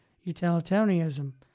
utilitarianism